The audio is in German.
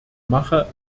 mache